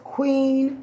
Queen